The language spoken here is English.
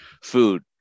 Food